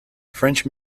french